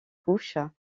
couches